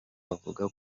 avuga